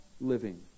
living